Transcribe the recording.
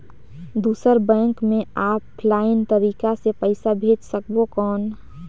दुसर बैंक मे ऑफलाइन तरीका से पइसा भेज सकबो कौन?